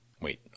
wait